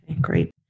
Great